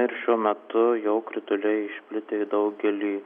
ir šiuo metu jau krituliai išplitę į daugelį